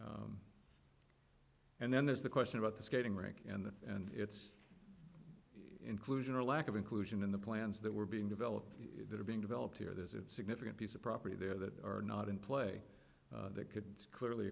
and then there's the question about the skating rink and the and its inclusion or lack of inclusion in the plans that were being developed that are being developed here there's a significant piece of property there that are not in play that could clearly